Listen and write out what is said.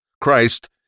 Christ